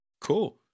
Cool